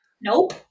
Nope